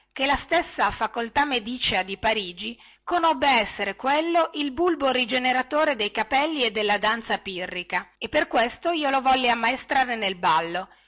che la stessa facoltà medicea di parigi riconobbe essere quello il bulbo rigeneratore dei capelli e della danza pirrica e per questo io lo volli ammaestrare nel ballo